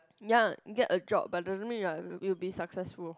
ya get a job but doesn't mean you are you'll be successful